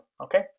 Okay